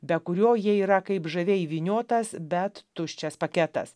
be kurio jie yra kaip žaviai įvyniotas bet tuščias paketas